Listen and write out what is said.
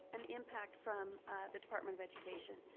an impact from the department of education.